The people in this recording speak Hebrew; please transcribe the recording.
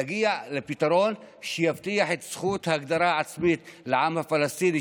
להגיע לפתרון שיבטיח את זכות ההגדרה העצמית לעם הפלסטיני,